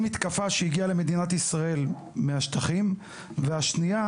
המתקפה שהגיעה על מדינת ישראל מהשטחים; והשני,